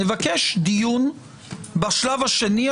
נבקש דיון בשלב השני,